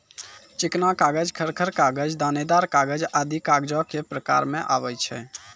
चिकना कागज, खर खर कागज, दानेदार कागज आदि कागजो क प्रकार म आवै छै